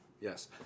Yes